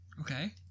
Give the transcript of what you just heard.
Okay